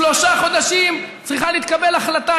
בתוך שלושה חודשים צריכה להתקבל החלטה.